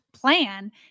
plan